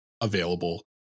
available